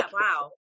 wow